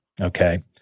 Okay